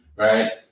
Right